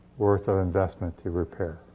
worth of investment to repair.